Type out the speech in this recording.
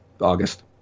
August